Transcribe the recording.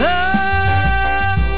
Love